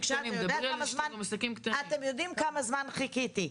אתם יודעים כמה זמן חיכיתי.